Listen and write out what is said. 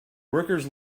workers